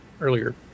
earlier